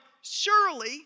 surely